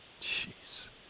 Jeez